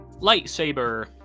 lightsaber